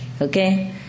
okay